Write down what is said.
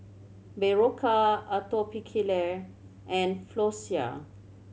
Berocca Atopiclair and Floxia